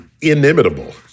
inimitable